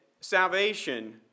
salvation